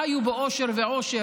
הם חיו באושר ועושר,